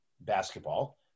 basketball